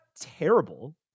terrible